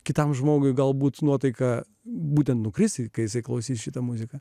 kitam žmogui galbūt nuotaiką būtent nukris kai jisai klausys šitą muziką